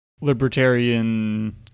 libertarian